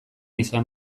izan